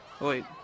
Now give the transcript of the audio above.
Wait